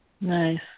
nice